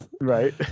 Right